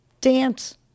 dance